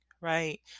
right